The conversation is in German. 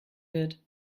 wird